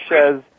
says